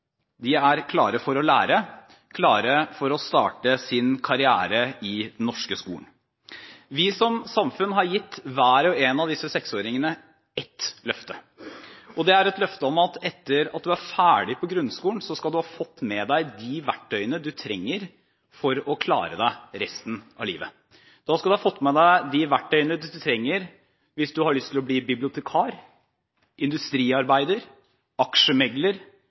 De er klare for å lære – klare for å starte sin karriere i den norske skolen. Vi som samfunn har gitt hver og en av disse seksåringene et løfte. Det er løftet om at du, etter at du er ferdig med grunnskolen, skal ha fått med deg de verktøyene du trenger for å klare deg resten av livet. Da skal du ha fått med deg de verktøyene du trenger hvis du har lyst til å bli bibliotekar, industriarbeider, aksjemegler